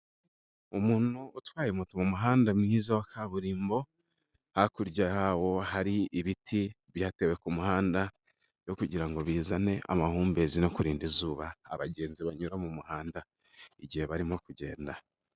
Umuntu utwaye moto mu muhanda mwiza wa kaburimbo, hakurya yawo hari ibiti byatewe ku muhanda byo kugira ngo bizane amahumbezi no kurinda izuba abagenzi banyura mu muhanda, igihe barimo kugenda.